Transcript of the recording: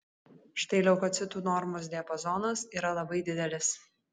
štai leukocitų normos diapazonas yra labai didelis